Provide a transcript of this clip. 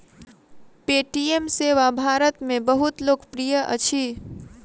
Paytm सेवा भारत में बहुत लोकप्रिय अछि